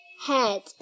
head